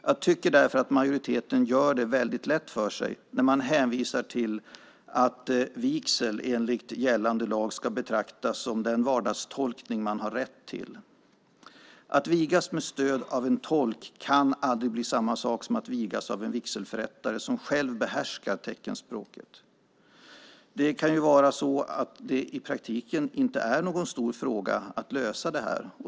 Jag tycker därför att majoriteten gör det väldigt lätt för sig när man hänvisar till att tolkning vid vigsel enligt gällande lag ska betraktas som den vardagstolkning som man har rätt till. Men att vigas med stöd av en tolk kan aldrig bli samma sak som att vigas av en vigselförrättare som själv behärskar teckenspråket. Det kan ju vara så att det i praktiken inte är någon stor fråga att lösa det här.